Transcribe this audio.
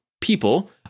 people